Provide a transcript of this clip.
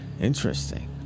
Interesting